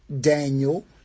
Daniel